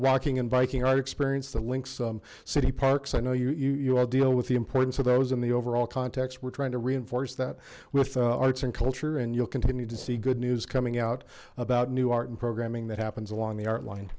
walking and biking art experience that links some city parks i know you you you all deal with the importance of those in the overall context we're trying to reinforce that with arts and culture and you'll continue to see good news coming out about new art and programming that happens along the